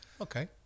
Okay